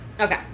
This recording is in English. Okay